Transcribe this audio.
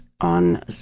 on